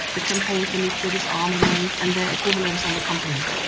the campaign for nuclear disarmament and their equivalents on the continent.